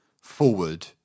forward